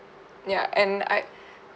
ya and I